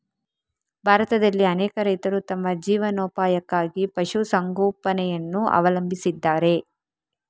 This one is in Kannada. ಭಾರತದಲ್ಲಿ ಅನೇಕ ರೈತರು ತಮ್ಮ ಜೀವನೋಪಾಯಕ್ಕಾಗಿ ಪಶು ಸಂಗೋಪನೆಯನ್ನು ಅವಲಂಬಿಸಿದ್ದಾರೆ